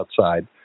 outside